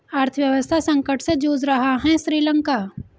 अर्थव्यवस्था संकट से जूझ रहा हैं श्रीलंका